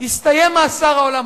הסתיים מאסר העולם,